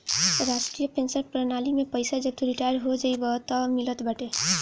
राष्ट्रीय पेंशन प्रणाली में पईसा जब तू रिटायर हो जइबअ तअ मिलत बाटे